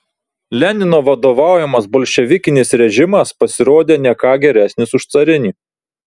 lenino vadovaujamas bolševikinis režimas pasirodė ne ką geresnis už carinį